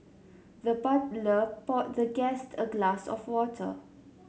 the butler poured the guest a glass of water